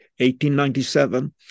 1897